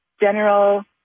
general